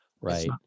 Right